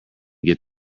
get